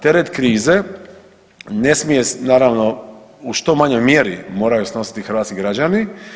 Teret krize ne smije naravno u što manjoj mjeri moraju snositi hrvatski građani.